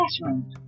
Classroom